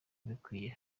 bikwiye